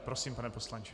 Prosím, pane poslanče.